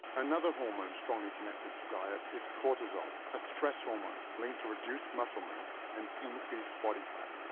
another hormone strongly connected to diet is cortisol, a stress hormone linked to reduced muscle mass and increased body fat.